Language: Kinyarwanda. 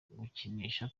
gukinisha